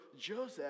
Joseph